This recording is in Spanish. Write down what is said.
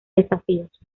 desafíos